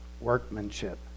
workmanship